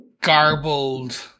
garbled